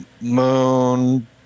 Moon